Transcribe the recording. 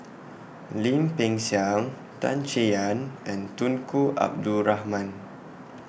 Lim Peng Siang Tan Chay Yan and Tunku Abdul Rahman